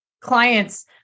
clients